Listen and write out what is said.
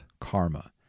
karma